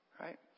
Right